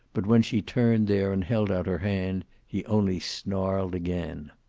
but when she turned there and held out her hand, he only snarled again.